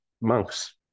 monks